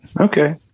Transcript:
Okay